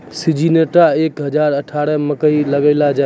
Syngenta एक हजार अठारह मकई लगैलो जाय?